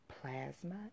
plasma